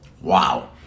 Wow